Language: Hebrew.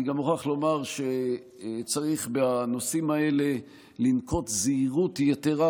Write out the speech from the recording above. אני גם מוכרח לומר שבנושאים האלה צריך לנקוט זהירות יתרה,